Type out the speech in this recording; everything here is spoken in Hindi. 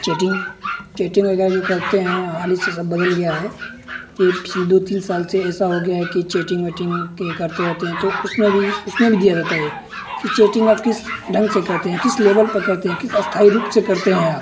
चेटिंग चेटिंग वगैरह जो करते हैं हाल ही से सब बदल गया है ये पिछले दो तीन साल से ऐसा हो गया है कि चेटिंग वेटिंग के करते रहते हैं तो उसमें भी उसमें भी दिया जाता हे कि चेटिंग आप किस ढंग से करते हैं किस लेवल पर करते हैं किस स्थाई रूप से करते हैं आप